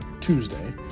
Tuesday